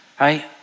right